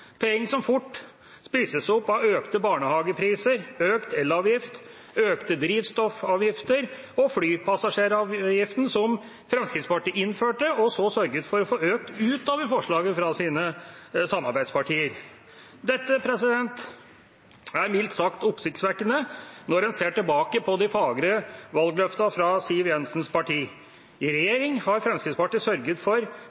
penger som fort spises opp av økte barnehagepriser, økt elavgift og økte drivstoffavgifter, og flypassasjeravgiften, som Fremskrittspartiet innførte og så sørget for å få økt utover forslaget fra sine samarbeidspartier. Dette er mildt sagt oppsiktsvekkende, når man ser tilbake på de fagre valgløftene fra Siv Jensens parti. I regjering har Fremskrittspartiet sørget for